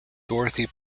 dorothy